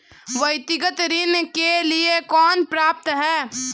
व्यक्तिगत ऋण के लिए कौन पात्र है?